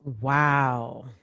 Wow